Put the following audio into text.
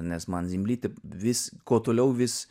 nes man zimblytė vis kuo toliau vis